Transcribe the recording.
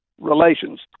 relations